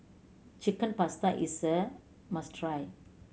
Chicken Pasta is must try